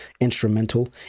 instrumental